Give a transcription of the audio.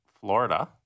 Florida